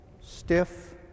stiff